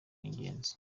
w’ingenzi